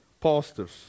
pastors